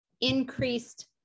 increased